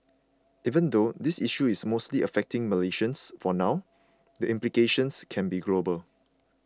even though this issue is mostly affecting Malaysians for now the implications can be global